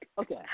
Okay